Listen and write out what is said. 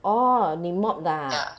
orh 你 mop 的 ah